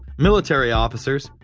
military officers,